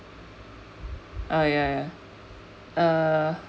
oh ya ya uh